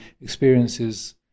experiences